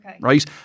right